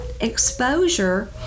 exposure